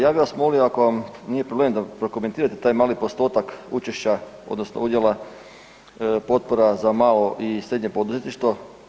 Ja bih vas molio da ako nije problem da prokomentirate taj mali postotak učešća, odnosno udjela potpora za malo i srednje poduzetništvo.